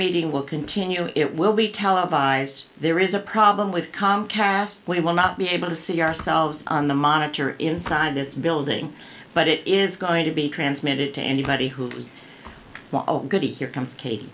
meeting will continue it will be televised there is a problem with comcast we will not be able to see ourselves on the monitor inside this building but it is going to be transmitted to anybody who was good here comes katie